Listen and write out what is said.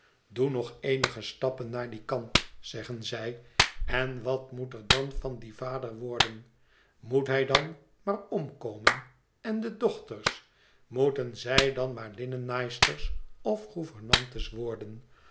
nog eenige stappen naar dien kant zeggen zij en wat moet er dan van dien vader worden moet hij dan maar omkomen en de dochters moeten zij dan maar linnennaaisters of gouvernantes worden